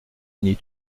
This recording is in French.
fini